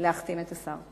להחתים את השר.